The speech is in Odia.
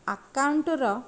ଆକାଉଣ୍ଟ୍ର